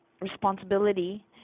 responsibility